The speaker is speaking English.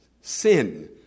sin